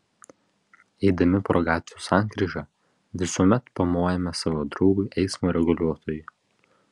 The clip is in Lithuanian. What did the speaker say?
eidami pro gatvių sankryžą visuomet pamojame savo draugui eismo reguliuotojui